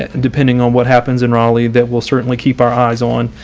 and depending on what happens in raleigh, that will certainly keep our eyes on